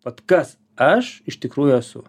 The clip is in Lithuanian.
vat kas aš iš tikrųjų esu